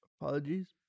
Apologies